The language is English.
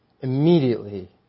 Immediately